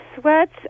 sweats